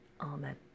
Amen